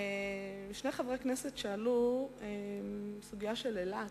שני חברי כנסת שאלו על הסוגיה של אילת,